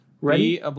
Ready